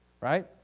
right